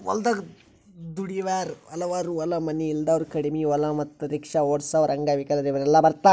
ಹೊಲದಾಗ ದುಡ್ಯಾವರ ಹಮಾಲರು ಹೊಲ ಮನಿ ಇಲ್ದಾವರು ಕಡಿಮಿ ಹೊಲ ಮತ್ತ ರಿಕ್ಷಾ ಓಡಸಾವರು ಅಂಗವಿಕಲರು ಇವರೆಲ್ಲ ಬರ್ತಾರ